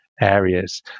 areas